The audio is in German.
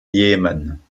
jemen